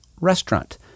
restaurant